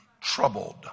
troubled